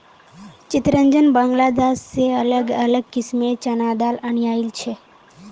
चितरंजन बांग्लादेश से अलग अलग किस्मेंर चनार दाल अनियाइल छे